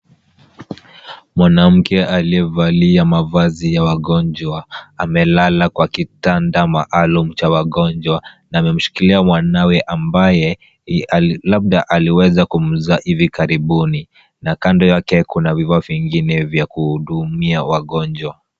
Mwanamke aliyevalia mavazi ya wagonjwa, amelala kwa kitanda maalum cha wagonjwa na amemshikilia mwanawe labda aliweza kumzaa hivi karibuni na kando yake kuna vifaa vingine vya kuhudumia wagonjwa.